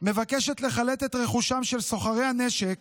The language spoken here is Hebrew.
מבקשת לחלט את רכושם של סוחרי הנשק